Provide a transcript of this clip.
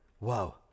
Wow